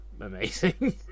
amazing